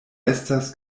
estas